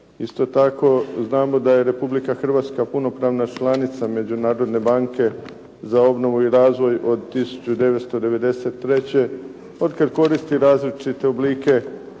Isto tako znamo da je Republika Hrvatska punopravna članica Međunarodne banke za obnovu i razvoj od 1993., otkad koristi različite oblike